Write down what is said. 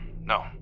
No